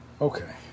Okay